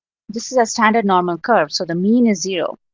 this is a standard normal curve. so the mean is zero.